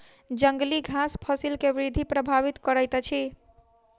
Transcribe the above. जंगली घास फसिल के वृद्धि प्रभावित करैत अछि